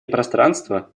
пространство